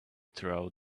throughout